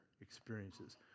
experiences